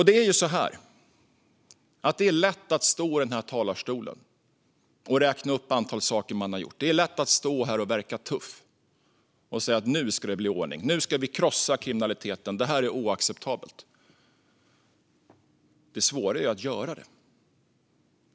Det är lätt att stå i den här talarstolen och räkna upp ett antal saker man har gjort. Det är lätt att stå här och verka tuff och säga: Nu ska det bli ordning; nu ska vi krossa kriminaliteten; det här är oacceptabelt. Det svåra är att göra det.